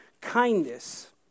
kindness